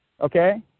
Okay